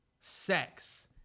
sex